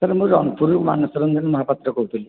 sir ମୁଁ ରଣପୁର ରୁ ମାନସ ରଞ୍ଜନ ମହାପାତ୍ର କହୁଥିଲି